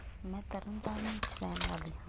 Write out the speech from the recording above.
ਮੈਂ ਤਰਨ ਤਾਰਨ ਵਿੱਚ ਰਹਿਣ ਵਾਲੀ ਹਾਂ